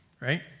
Right